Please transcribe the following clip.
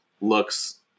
looks